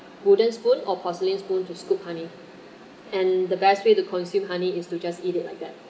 wooden spoon or porcelain spoon to scoop honey and the best way to consume honey is to just eat it like that